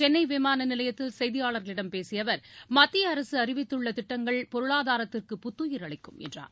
சென்னை விமான நிலையத்தில் செய்தியாளர்களிடம் பேசிய அவர் மத்திய அரசு அறிவித்துள்ள திட்டங்கள் பொருளாதாரத்திற்கு புத்துயிர் அளிக்கும் என்றார்